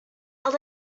are